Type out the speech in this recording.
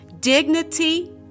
dignity